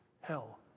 hell